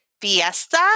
Fiesta